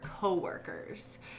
coworkers